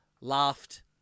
laughed